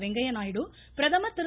வெங்கய்ய நாயுடு பிரதமர் திரு